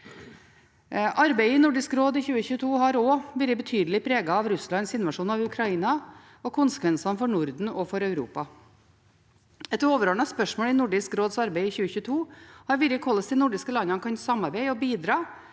Arbeidet i Nordisk råd i 2022 har også vært betydelig preget av Russlands invasjon av Ukraina og konsekvensene for Norden og for Europa. Et overordnet spørsmål i Nordisk råds arbeid i 2022 har vært hvordan de nordiske landene kan samarbeide og bidra